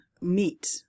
meet